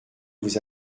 vous